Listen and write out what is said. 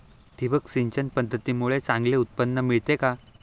ठिबक सिंचन पद्धतीमुळे चांगले उत्पादन मिळते का?